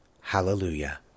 Hallelujah